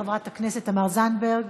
חברת הכנסת תמר זנדברג,